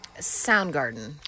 Soundgarden